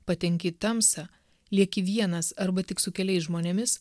patenki į tamsą lieki vienas arba tik su keliais žmonėmis